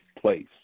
place